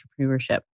entrepreneurship